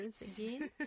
again